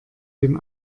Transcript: den